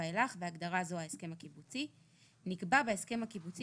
ואילך (בהגדרה זו ההסכם הקיבוצי); נקבע בהסכם הקיבוצי